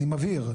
אני מבהיר.